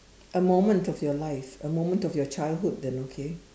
a moment of your life a moment of your childhood then okay